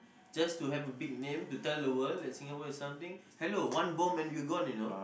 just to have a big name to tell the world that Singapore is something hello one bomb and were gone you know